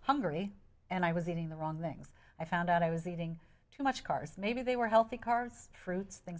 hungry and i was eating the wrong things i found out i was eating too much cars maybe they were healthy cars fruits things